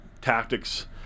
tactics